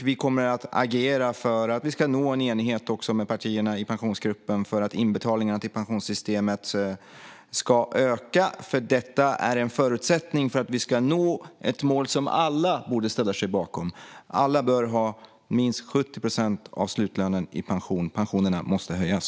Vi kommer att agera för att nå enighet med partierna i Pensionsgruppen så att inbetalningarna till pensionssystemet kan öka, för det är en förutsättning för att vi ska nå ett mål som alla borde ställa sig bakom: att alla bör ha minst 70 procent av slutlönen i pension. Pensionerna måste höjas.